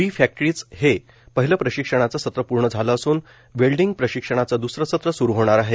refractories हे पहिलं प्रशिक्षणाचं सत्र पूर्ण झालं असून वेल्डींग प्रशिक्षणाचं दुसरं सत्र सूरु होणार आहे